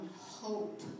hope